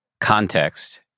context